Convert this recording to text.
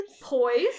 poise